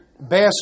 best